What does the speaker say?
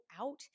out